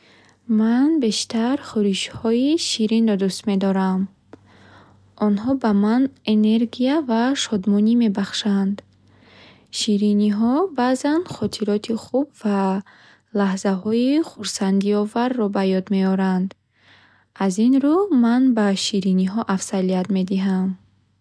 Ман бештар хӯришҳои ширинро дӯст медорам. Онҳо ба ман энергия ва шодмонӣ мебахшанд. Шириниҳо баъзан хотироти хуб ва лаҳзаҳои хурсандиоварро ба ёд меоранд. Аз ин рӯ, ман ба шириниҳо афзалият медиҳам.